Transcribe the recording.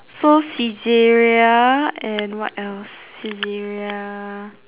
so Saizeriya and what else Saizeriya